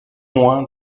moins